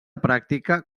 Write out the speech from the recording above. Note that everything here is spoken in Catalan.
pràctica